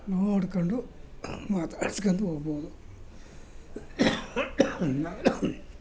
ನೋಡ್ಕೊಂಡು ಮಾತಾಡ್ಸ್ಕೊಂಡು ಹೋಗ್ಬೋದು ಇಲ್ಲ ಅಂದ್ರೆ